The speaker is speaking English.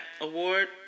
award